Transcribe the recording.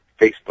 Facebook